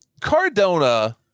Cardona